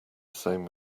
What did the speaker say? same